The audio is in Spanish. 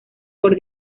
por